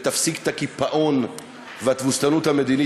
ותפסיק את הקיפאון והתבוסתנות המדינית